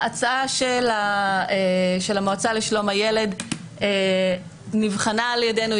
ההצעה של המועצה לשלום הילד נבחנה על ידינו,